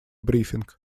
брифинг